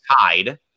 tied